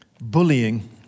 bullying